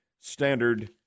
Standard